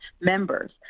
members